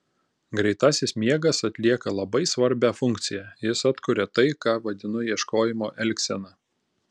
greitasis miegas atlieka labai svarbią funkciją jis atkuria tai ką vadinu ieškojimo elgsena